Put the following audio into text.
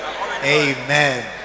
Amen